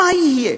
מה יהיה?